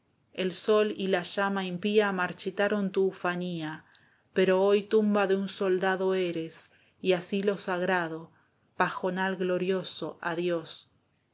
el sol y la llama impía marchitaron tu ufanía pero hoy tumba de un soldado esteban echeveeeía eres y asilo sagrado pajonal glorioso adiós